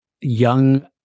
young